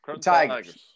tigers